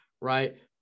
right